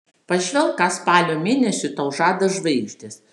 pažvelk ką spalio mėnesiui tau žada žvaigždės